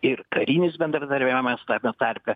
ir karinis bendradarbiavimas tame tarpe